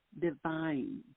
divine